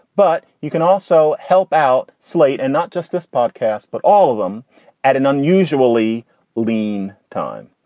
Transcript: but you can also help out slate and not just this podcast, but all of them at an unusually lean time.